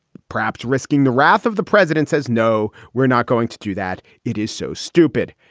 perhaps risking the wrath of the president, says, no, we're not going to do that. it is so stupid.